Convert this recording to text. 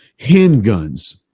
Handguns